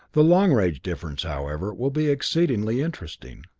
the long-range difference, however, will be exceedingly interesting.